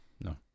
no